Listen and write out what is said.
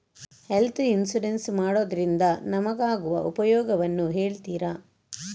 Health insurance ಮಾಡೋದ್ರಿಂದ ನಮಗಾಗುವ ಉಪಯೋಗವನ್ನು ಹೇಳ್ತೀರಾ?